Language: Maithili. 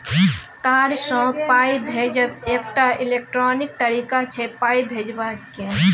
तार सँ पाइ भेजब एकटा इलेक्ट्रॉनिक तरीका छै पाइ भेजबाक